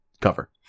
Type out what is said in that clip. cover